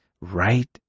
right